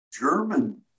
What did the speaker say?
German